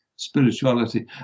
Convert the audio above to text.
Spirituality